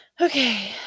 Okay